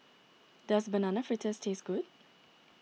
does Banana Fritters taste good